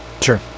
Sure